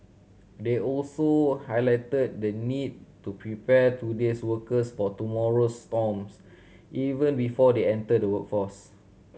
he also highlighted the need to prepare today's workers for tomorrow's storms even before they enter the workforce